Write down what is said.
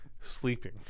sleeping